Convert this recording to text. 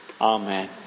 Amen